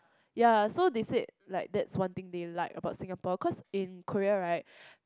ya so they said like that's one thing they like about Singapore cause in Korea right